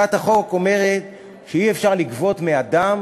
הצעת החוק אומרת שאי-אפשר לגבות מאדם